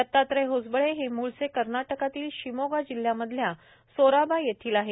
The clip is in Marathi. दत्तात्रय होसबळे हे म्ळचे कर्नाटकातील शिमोगा जिल्ह्यामधल्या सोराबा येथील आहेत